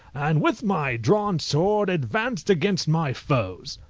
and with my drawn sword advanced against my foes.